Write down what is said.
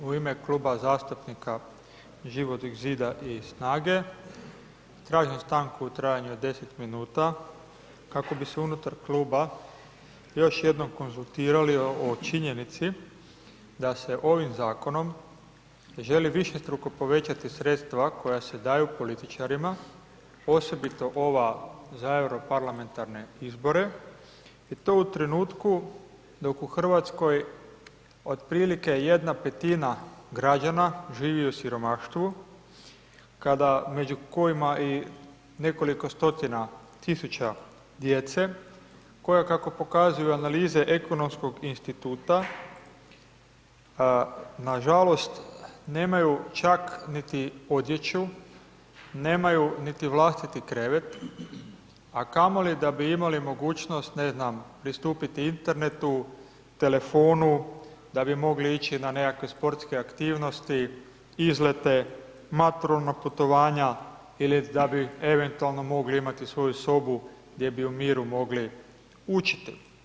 U ime Kluba zastupnika Živog zida i SNAGA-e, tražim stanku u trajanju od deset minuta kako bi se unutar Kluba još jednom konzultirali o činjenici da se ovim Zakonom želi višestruko povećati sredstva koja se daju političarima, osobito ova za Euro parlamentarne izbore, i to u trenutku dok u Hrvatskoj otprilike 1/5 građana živi u siromaštvu, kada, među kojima i nekoliko stotina tisuća djece koja kako pokazuju analize Ekonomskog instituta nažalost nemaju čak niti odjeću, nemaju niti vlastiti krevet, a kamoli da bi imali mogućnost, ne znam pristupiti internetu, telefonu, da bi mogli ići na nekakve sportske aktivnosti, izlete, maturalna putovanja, ili da bi eventualno mogli imati svoju sobu gdje bi u miru mogli učiti.